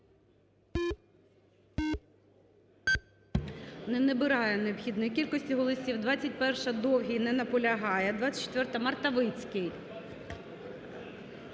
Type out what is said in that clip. Не набирає необхідної кількості голосів. 21-а, Довгий. Не наполягає. 24-а, Мартовицький.